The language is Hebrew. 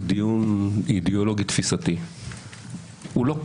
דיון אידיאולוגי תפיסתי אבל הוא לא כזה.